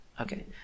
Okay